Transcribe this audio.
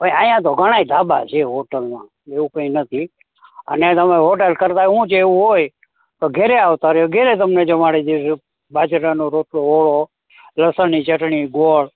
ભાઈ અહીંયા તો ઘણાંય ઢાબા છે હોટલમાં એવું કઈ નથી અને તમે હોટલ કરતાંય શું છે એવું હોય તો ઘરે આવતા રહો તો ઘરે તમને જમાડી દઈશું બાજરાનો રોટલો ઓળો લસણની ચટણી ગોળ